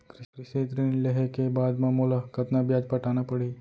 कृषि ऋण लेहे के बाद म मोला कतना ब्याज पटाना पड़ही?